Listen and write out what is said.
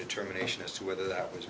determination as to whether that was